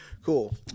cool